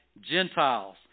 Gentiles